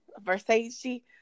Versace